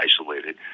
isolated